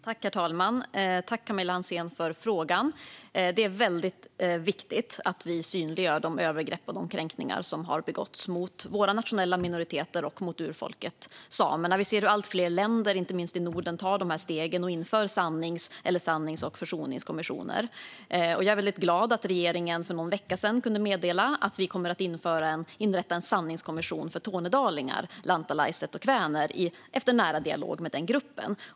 Herr talman! Tack, Camilla Hansén, för frågan! Det är viktigt att vi synliggör de övergrepp och kränkningar som har begåtts mot våra nationella minoriteter och mot urfolket samerna. Vi ser att allt fler länder, inte minst i Norden, tar de stegen och inför sanningskommissioner eller sannings och försoningskommissioner. Jag är glad över att regeringen för någon vecka sedan kunde meddela att vi kommer att införa en sanningskommission för tornedalingar, lantalaiset och kväner, efter nära dialog med den gruppen.